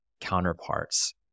counterparts